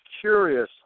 curious